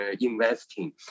investing